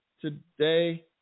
today